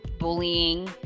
bullying